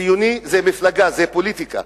ציוני זה מפלגה, זה פוליטיקה.